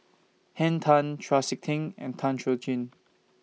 Henn Tan Chau Sik Ting and Tan Chuan Jin